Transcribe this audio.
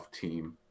team